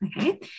Okay